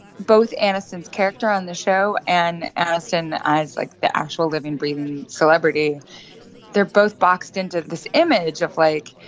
both aniston's character on the show and aniston as, like, the actual living, breathing celebrity they're both boxed into this image of, like,